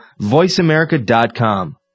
voiceamerica.com